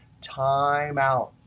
time out.